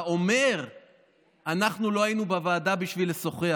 ואומר שאנחנו לא היינו בוועדה בשביל לשוחח.